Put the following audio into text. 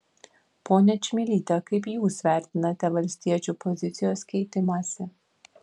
ponia čmilyte kaip jūs vertinate valstiečių pozicijos keitimąsi